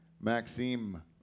Maxime